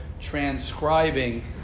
transcribing